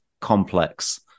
complex